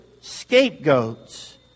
scapegoats